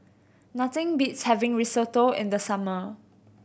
nothing beats having Risotto in the summer